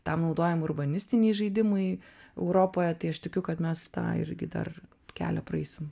tam naudojam urbanistiniai žaidimai europoje tai aš tikiu kad mes tą irgi dar kelią praeisim